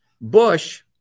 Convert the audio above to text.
Bush